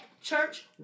church